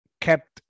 kept